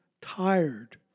tired